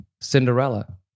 Cinderella